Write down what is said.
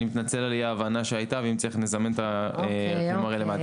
אני מתנצל על אי ההבנה שהייתה ואם צריך נזמן את הגורם הרלוונטי.